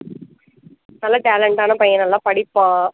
நல்லா டேலெண்ட் ஆன பையன் நல்லா படிப்பான்